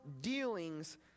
dealings